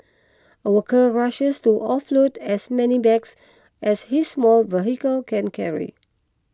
a worker rushes to offload as many bags as his small vehicle can carry